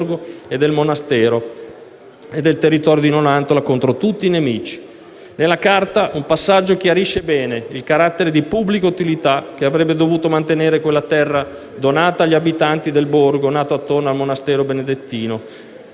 Nella Carta un passaggio chiarisce bene il carattere di pubblica utilità che avrebbe dovuto mantenere quella terra donata agli abitanti del borgo nato intorno al Monastero benedettino.